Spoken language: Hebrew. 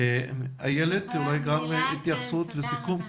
איילת, סיכום.